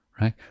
right